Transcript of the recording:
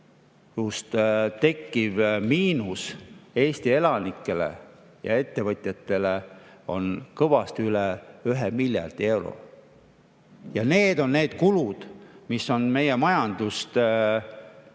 tõusust tekkiv miinus Eesti elanikele ja ettevõtjatele on kõvasti üle 1 miljardi euro. Need on need kulud, mis on meie majandust